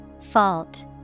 Fault